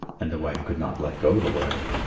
and the wife could not let go the lawyer.